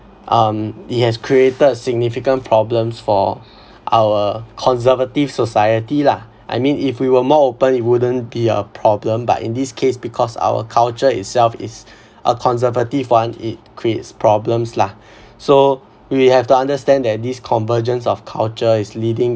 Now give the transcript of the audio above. um it has created significant problems for our conservative society lah I mean if we were more open it wouldn't be a problem but in this case because our culture itself is a conservative one it creates problems lah so we have to understand that this convergence of culture is leading